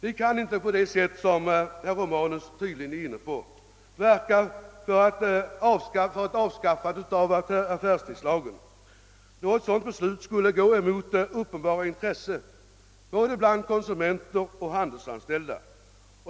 Vi kan inte på det sätt som herr Romanus tydligen vill verka för ett avskaffande av affärstidslagen, då ett sådant beslut skulle gå emot uppenbara intressen både bland konsumenter och handelsanställda.